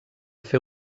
fer